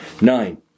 nine